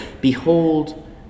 Behold